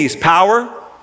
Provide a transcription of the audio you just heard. Power